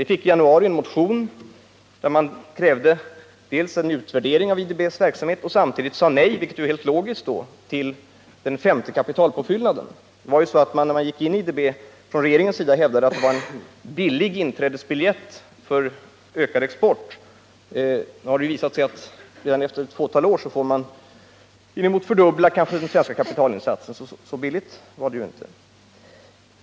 Vi fick i januari en motion där man krävde en utvärdering av IDB:s verksamhet och samtidigt sade nej — vilket då är helt logiskt — till den femte kapitalpåfyllnaden. Det var ju så att regeringen när Sverige gick in i IDB hävdade att det varen billig inträdesbiljett för ökad export. Nu har det dock visat sig att man redan efter ett fåtal år måste inemot fördubbla den svenska kapitalinsatsen, så särskilt billigt var det ju inte.